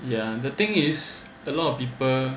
ya the thing is a lot of people